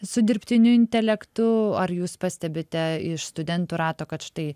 su dirbtiniu intelektu ar jūs pastebite iš studentų rato kad štai